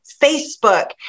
Facebook